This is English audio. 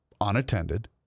unattended